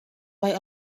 buy